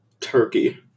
Turkey